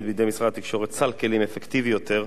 בידי משרד התקשורת סל כלים אפקטיבי יותר,